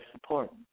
support